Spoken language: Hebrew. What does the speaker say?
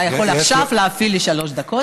אתה יכול עכשיו להפעיל לי שלוש דקות.